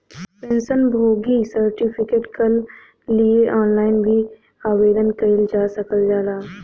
pension भोगी certificate कल लिए ऑनलाइन भी आवेदन कइल जा सकल जाला